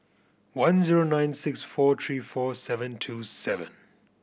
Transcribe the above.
one zero nine six four three four seven two seven